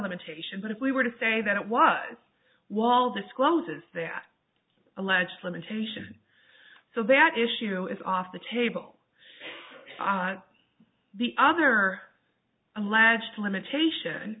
limitation but if we were to say that it was wall discloses that alleged limitation so that issue is off the table the other alleged limitation